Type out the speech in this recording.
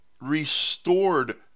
restored